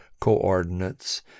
coordinates